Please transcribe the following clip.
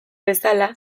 bezala